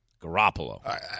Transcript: Garoppolo